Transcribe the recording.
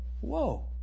Whoa